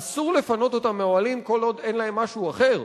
אסור לפנות אותם מהאוהלים כל עוד אין להם משהו אחר,